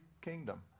kingdom